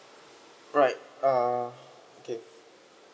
alright uh okay